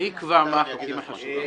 מי יקבע מה החוקים החשובים?